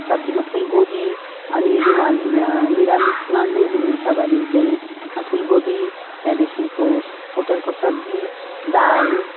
सब्जीमा फुलकोपी अनि उहाँ निरामिष ननभेज हुनुहुन्छ भने चाहिँ फुलकोपी त्यहाँदेखिको पोटलको सब्जी दाल